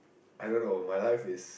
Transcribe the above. I don't know my life is